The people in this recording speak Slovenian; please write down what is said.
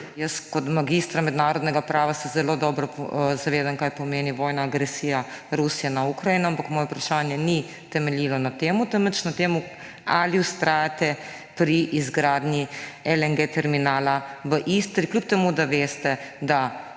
Jaz kot magistrica mednarodnega prava se zelo dobro zavedam, kaj pomeni vojna agresija Rusije na Ukrajino. Ampak moje vprašanje ni temeljilo na tem, temveč na tem, ali vztrajate pri izgradnji LNG terminala v Istri, čeprav veste, da v tem